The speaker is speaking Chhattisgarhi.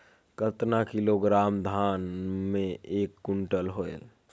कतना किलोग्राम धान मे एक कुंटल होयल?